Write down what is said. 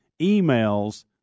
emails